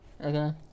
okay